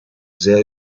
sehr